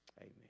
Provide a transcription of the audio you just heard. Amen